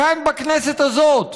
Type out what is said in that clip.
כאן, בכנסת הזאת,